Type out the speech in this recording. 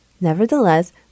Nevertheless